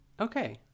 Okay